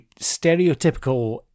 stereotypical